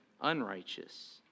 unrighteous